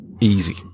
easy